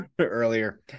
earlier